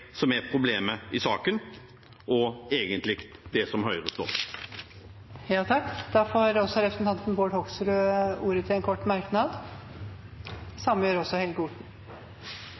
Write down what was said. som er problemet i saken, og egentlig det som Høyre står for. Representanten Bård Hoksrud har hatt ordet to ganger tidligere og får ordet til en kort merknad,